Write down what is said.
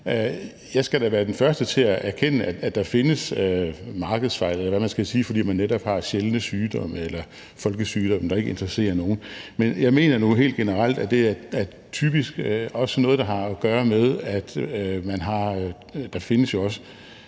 Jeg skal da være den første til at erkende, at der findes markedsfejl, eller hvad man skal sige, fordi man netop har sjældne sygdomme eller folkesygdomme, der ikke interesserer nogen. Men jeg mener nu helt generelt, at det typisk også er noget, der har at gøre med, at der jo også